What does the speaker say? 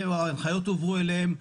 ההנחיות הועברו אליהם.